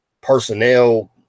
personnel